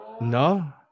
No